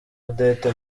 odette